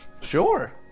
Sure